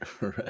Right